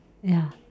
ya